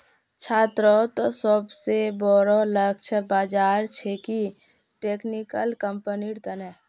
छात्रोंत सोबसे बोरो लक्ष्य बाज़ार छिके टेक्निकल कंपनिर तने